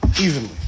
evenly